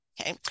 Okay